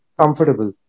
comfortable